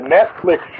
Netflix